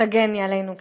ותגני עלינו כשצריך,